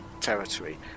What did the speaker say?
territory